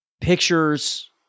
pictures